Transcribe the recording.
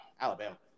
Alabama